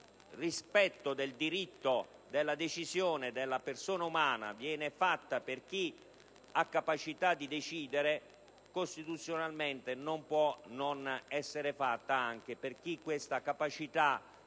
rispetto del diritto di decisione della persona umana è previsto per chi ha capacità di decidere, costituzionalmente non può non essere previsto anche per chi ha perso